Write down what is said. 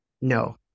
no